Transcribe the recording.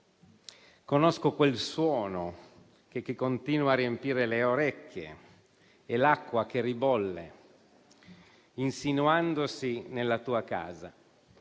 Conosco quel suono che continua a riempire le orecchie e l'acqua che ribolle insinuandosi nella tua casa.